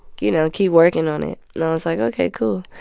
you know, keep working on it. and i was, like, ok, cool.